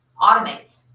automate